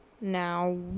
Now